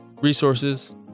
resources